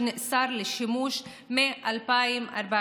שנאסר לשימוש מ-2014.